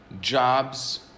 jobs